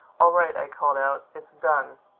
all right, i called out, it's done.